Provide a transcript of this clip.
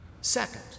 Second